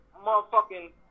motherfucking